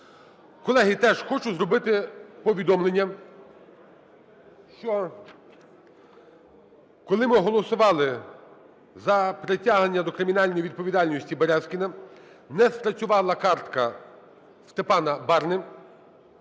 Колеги, теж хочу зробити повідомлення, що, коли ми голосували за притягнення до кримінальної відповідальності Березкіна, не спрацювала картка Степана Барни.